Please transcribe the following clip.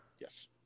yes